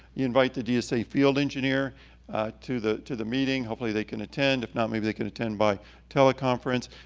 you invite the dsa field engineer to the to the meeting. hopefully they can attend. if not, maybe they can attend by teleconference.